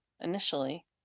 initially